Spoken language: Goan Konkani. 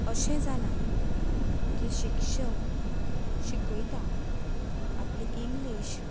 अशें जालां की शिक्षक शिकयता आपली इंग्लीश